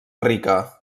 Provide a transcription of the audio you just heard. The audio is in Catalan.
rica